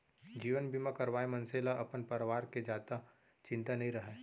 जीवन बीमा करवाए मनसे ल अपन परवार के जादा चिंता नइ रहय